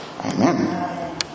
Amen